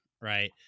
right